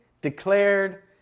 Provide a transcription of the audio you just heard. declared